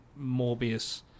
Morbius